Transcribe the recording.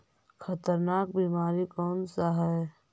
खतरनाक बीमारी कौन सा है?